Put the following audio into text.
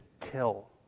kill